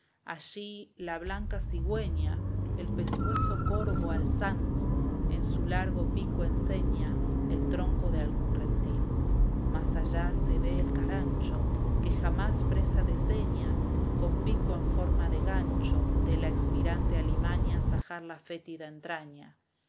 allí la blanca cigüeña el pescuezo corvo alzando en su largo pico enseña el tronco de algún reptil más allá se ve al carancho que jamás presa desdeña con pico en forma de gancho de la espirante alimaña zajar la fétida entraña